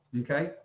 Okay